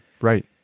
right